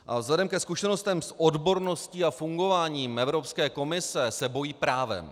A vzhledem ke zkušenostem s odborností a fungováním Evropské komise se bojí právem.